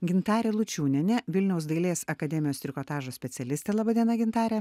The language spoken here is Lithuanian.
gintarė lučiūnienė vilniaus dailės akademijos trikotažo specialistė laba diena gintare